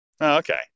Okay